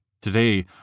Today